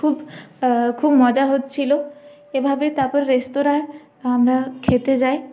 খুব খুব মজা হচ্ছিল এভাবে তাপর রেস্তোরাঁয় আমরা খেতে যাই